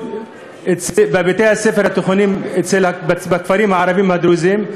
בבתי-הספר התיכוניים בכפרים הערביים הדרוזיים,